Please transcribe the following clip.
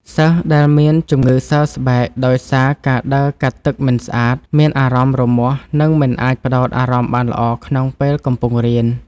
សិស្សដែលមានជំងឺសើស្បែកដោយសារការដើរកាត់ទឹកមិនស្អាត មានអារម្មណ៍រមាស់ និងមិនអាចផ្ដោតអារម្មណ៍បានល្អក្នុងពេលកំពុងរៀន។